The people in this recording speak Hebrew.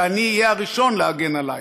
ואני אהיה הראשון להגן עלייך,